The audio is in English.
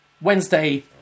Wednesday